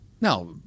Now